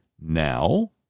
now